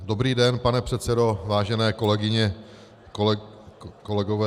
Dobrý den, pane předsedo, vážené kolegyně, kolegové.